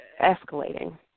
escalating